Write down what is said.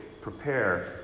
prepare